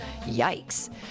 yikes